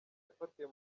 yafatiwe